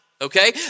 Okay